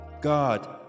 God